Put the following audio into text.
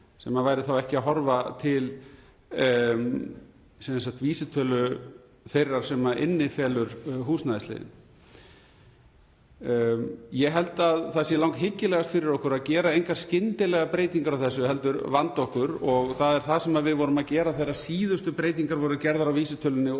sem væri þá ekki að horfa til vísitölu þeirrar sem innifelur húsnæðisliðinn. Ég held að það sé hyggilegast fyrir okkur að gera engar skyndilegar breytingar á þessu heldur vanda okkur og það er það sem við vorum að gera þegar síðustu breytingar voru gerðar á vísitölunni